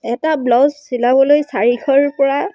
এটা ব্লাউজ চিলাবলৈ চাৰিশৰ পৰা